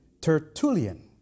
Tertullian